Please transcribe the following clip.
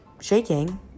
shaking